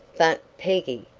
but, peggy,